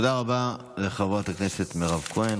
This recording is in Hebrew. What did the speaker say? תודה רבה לחברת הכנסת מירב כהן.